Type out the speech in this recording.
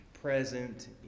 present